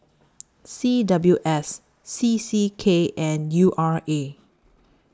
C W S C C K and U R A